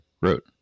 wrote